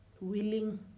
willing